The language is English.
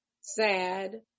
sad